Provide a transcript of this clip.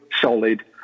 solid